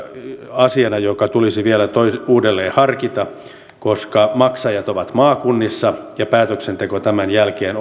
asiana joka tulisi vielä uudelleen harkita koska maksajat ovat maakunnissa ja päätöksenteko tämän jälkeen